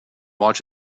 watch